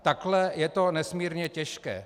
Takhle je to nesmírně těžké.